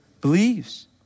believes